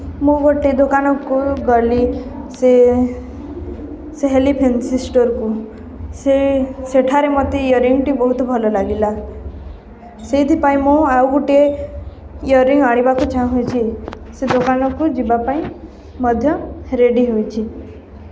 ମୁଁ ଗୋଟେ ଦୋକାନକୁ ଗଲି ସେ ସହେଲି ଫ୍ୟାନ୍ସି ଷ୍ଟୋରକୁ ସେ ସେଠାରେ ମୋତେ ଇୟରିଙ୍ଗଟି ବହୁତ ଭଲ ଲାଗିଲା ସେଇଥିପାଇଁ ମୁଁ ଆଉ ଗୋଟିଏ ଇୟଅରିଙ୍ଗ ଆଣିବାକୁ ଚାହୁଁଛି ସେ ଦୋକାନକୁ ଯିବା ପାଇଁ ମଧ୍ୟ ରେଡ଼ି ହେଉଛି